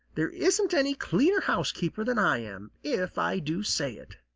there isn't any cleaner housekeeper than i am, if i do say it.